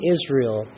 Israel